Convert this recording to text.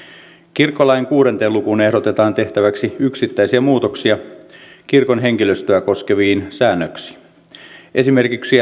kirkkolain kuuteen lukuun ehdotetaan tehtäväksi yksittäisiä muutoksia kirkon henkilöstöä koskeviin säännöksiin esimerkiksi